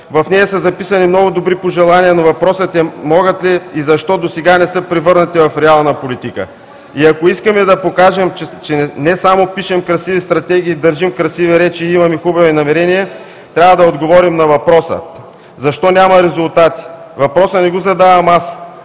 В нея са записани много добри пожелания, но въпросът е: могат ли и защо досега не са превърнати в реална политика? И ако искаме да покажем, че не само пишем красиви стратегии, държим красиви речи и имаме хубави намерения, трябва да отговорим на въпроса: защо няма резултати? Въпроса не го задавам аз,